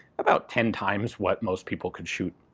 about ten times what most people could shoot,